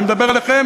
אני מדבר עליכם,